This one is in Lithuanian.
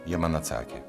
jie man atsakė